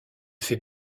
fait